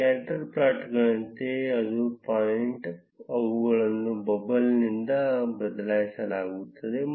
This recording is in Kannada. ಸ್ಕ್ಯಾಟರ್ ಪ್ಲಾಟ್ಗಳಂತೆಯೇ ಪ್ರತಿ ಪಾಯಿಂಟ್ ಅವುಗಳನ್ನು ಬಬಲ್ನಿಂದ ಬದಲಾಯಿಸಲಾಗುತ್ತದೆ